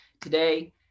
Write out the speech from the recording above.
Today